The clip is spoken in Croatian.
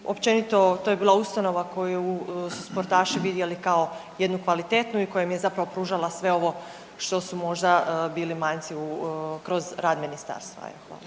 općenito to je bila ustanova koju su sportaši vidjeli kao jednu kvalitetnu i koja im je zapravo pružala sve ovo što su možda bili manjci u, kroz rad ministarstva. Evo,